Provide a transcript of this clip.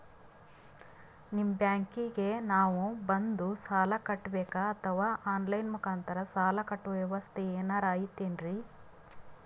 ನಿಮ್ಮ ಬ್ಯಾಂಕಿಗೆ ನಾವ ಬಂದು ಸಾಲ ಕಟ್ಟಬೇಕಾ ಅಥವಾ ಆನ್ ಲೈನ್ ಮುಖಾಂತರ ಸಾಲ ಕಟ್ಟುವ ವ್ಯೆವಸ್ಥೆ ಏನಾರ ಐತೇನ್ರಿ?